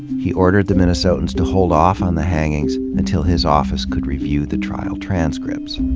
he ordered the minnesotans to hold off on the hangings until his office could review the trial transcripts.